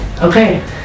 Okay